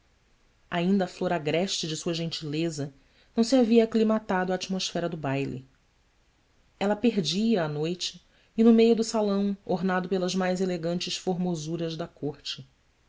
a flor agreste de sua gentileza não se havia aclimatado à atmosfera do baile ela perdia à noite e no meio do salão ornado pelas mais elegantes formosuras da corte